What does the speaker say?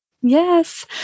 Yes